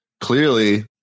clearly